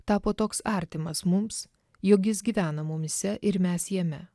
tapo toks artimas mums jog jis gyvena mumyse ir mes jame